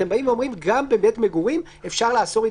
אתם אומרים גם בבית מגורים אפשר לאסור התקהלות.